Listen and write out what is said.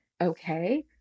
okay